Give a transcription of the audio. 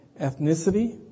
ethnicity